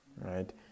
Right